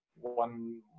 one